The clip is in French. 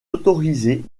autorisée